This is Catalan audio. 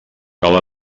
cal